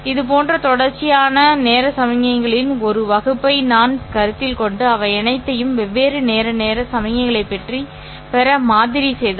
இதுபோன்ற தொடர்ச்சியான நேர சமிக்ஞைகளின் ஒரு வகுப்பை நான் கருத்தில் கொண்டு அவை அனைத்தையும் வெவ்வேறு நேர நேர சமிக்ஞைகளைப் பெற மாதிரி செய்தால்